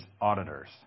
auditors